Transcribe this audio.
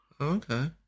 Okay